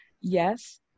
Yes